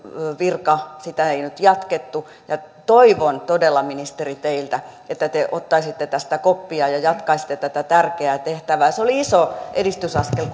virkaa ei jatkettu toivon todella ministeri teiltä että te ottaisitte tästä koppia ja jatkaisitte tätä tärkeää tehtävää se oli iso edistysaskel